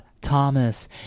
Thomas